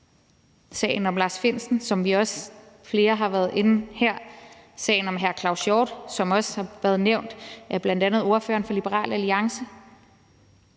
sagen om Lars Findsen, som flere har været inde på her, og sagen om Claus Hjort Frederiksen, som også har været nævnt, bl.a. af ordføreren for Liberal Alliance